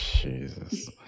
Jesus